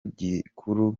gikuru